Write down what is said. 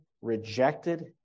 rejected